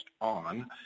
on